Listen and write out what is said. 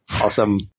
Awesome